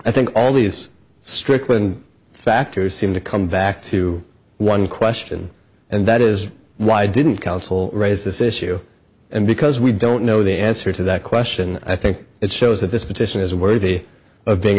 i think all these strickland factors seem to come back to one question and that is why didn't counsel raise this issue and because we don't know the answer to that question i think it shows that this petition is worthy of being